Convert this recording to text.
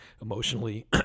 emotionally